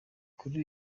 kuri